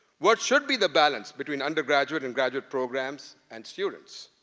what should be the balance between undergraduate and graduate programs and students?